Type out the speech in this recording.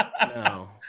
No